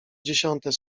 dziesiąte